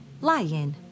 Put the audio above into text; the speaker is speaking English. lion